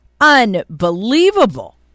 unbelievable